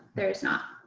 there is not.